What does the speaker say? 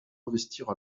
investir